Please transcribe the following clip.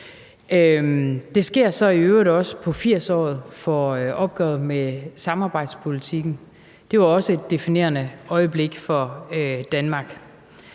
Det sker så i øvrigt også i 80-året for opgøret med samarbejdspolitikken. Det var også et definerende øjeblik for Danmark.